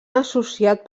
associat